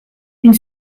une